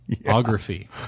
biography